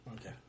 okay